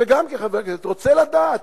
וגם כחבר הכנסת, רוצה לדעת.